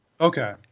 Okay